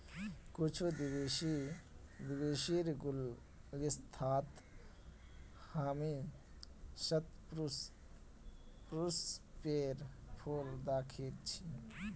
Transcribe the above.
कुछू विदेशीर गुलदस्तात हामी शतपुष्पेर फूल दखिल छि